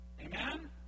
Amen